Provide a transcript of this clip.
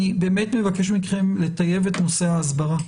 אני באמת מבקש מכם לטייב את נושא ההסברה.